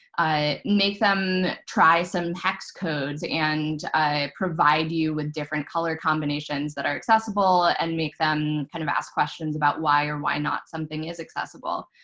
ah make them try some hex codes and provide you with different color combinations that are accessible and make them kind of ask questions about why or why not something is accessible.